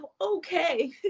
okay